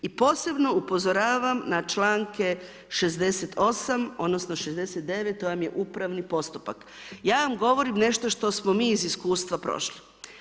I posebno upozoravam na čl. 68. odnosno, 69. to vam je upravni postupak, ja vam govorim nešto što smo mi iz iskustva prošli.